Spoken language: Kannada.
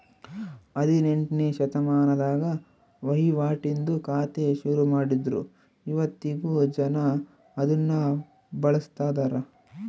ಹದಿನೆಂಟ್ನೆ ಶತಮಾನದಾಗ ವಹಿವಾಟಿಂದು ಖಾತೆ ಶುರುಮಾಡಿದ್ರು ಇವತ್ತಿಗೂ ಜನ ಅದುನ್ನ ಬಳುಸ್ತದರ